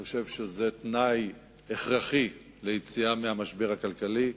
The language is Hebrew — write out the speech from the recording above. אני חושב שזה תנאי הכרחי ליציאה מהמשבר הכלכלי.